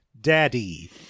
daddy